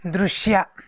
ದೃಶ್ಯ